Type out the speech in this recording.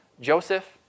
Joseph